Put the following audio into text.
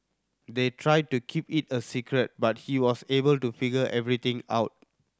they tried to keep it a secret but he was able to figure everything out